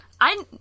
I-